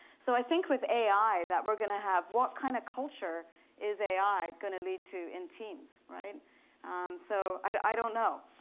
so i think with ai that we're going to have, what kind of culture is ai going to lead to in teams? so i don't know,